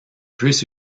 puisse